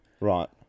Right